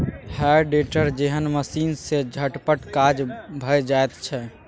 हे टेडर जेहन मशीन सँ चटपट काज भए जाइत छै